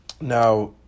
Now